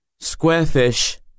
Squarefish